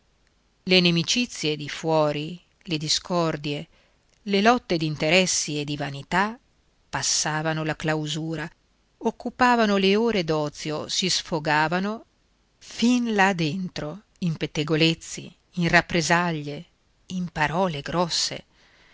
le nimicizie di fuori le discordie le lotte d'interessi e di vanità passavano la clausura occupavano le ore d'ozio si sfogavano fin là dentro in pettegolezzi in rappresaglie in parole grosse